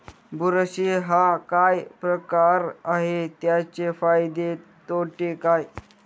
बुरशी हा काय प्रकार आहे, त्याचे फायदे तोटे काय?